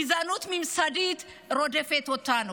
הגזענות הממסדית, רודפת אותנו.